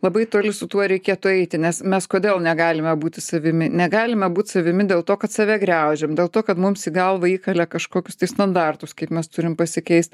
labai toli su tuo reikėtų eiti nes mes kodėl negalime būti savimi negalime būt savimi dėl to kad save griaužiam dėl to kad mums į galvą įkalė kažkokius standartus kaip mes turim pasikeist